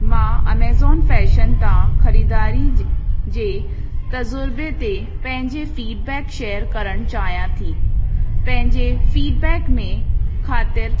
मां Amazon fashion तां ख़रीददारी जे तज़ुर्बे ते पंहिंजी फीडबैक शेयर करणु चाहियां थी पंहिंजे फीडबैक में ख़ातिर